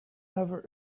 never